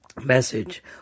message